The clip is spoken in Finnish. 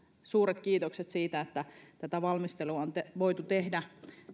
suuret kiitokset siitä että tätä valmistelua on voitu tehdä